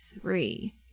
Three